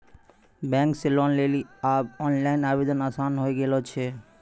bank से loan लेली आब ओनलाइन आवेदन आसान होय गेलो छै